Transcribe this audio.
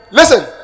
listen